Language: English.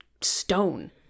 stone